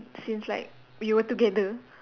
since like we were together